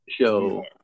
Show